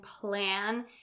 plan